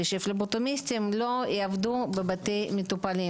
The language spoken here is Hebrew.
- שפבלוטומיסטים לא יעבדו בבית מטופלים.